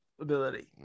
ability